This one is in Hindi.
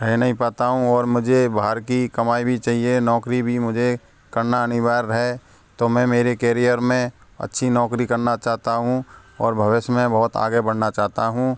रह नहीं पाता हूँ और मुझे बाहर की कमाई भी चाहिए नौकरी भी मुझे करना अनिवार्य है मैं मेरे केरियर में अच्छी नौकरी करना चाहता हूँ और भविष्य में बहुत आगे बढ़ना चाहता हूँ